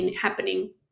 happening